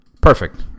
Perfect